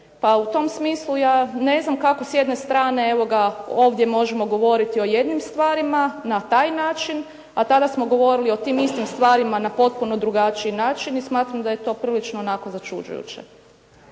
pa u tom smislu ja ne znam kako s jedne strane evo ga ovdje možemo govoriti o jednim stvarima na taj način, a tada smo govorili o tim istim stvarima na potpuno drugačiji način i smatram da je to onako prilično začuđujuće.